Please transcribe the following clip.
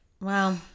Wow